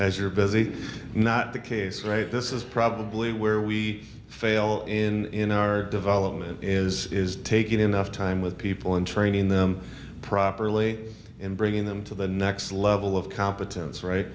as you're busy not the case right this is probably where we fail in our development is taking enough time with people and training them properly and bringing them to the next level of competence right